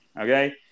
okay